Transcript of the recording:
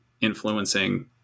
influencing